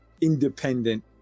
independent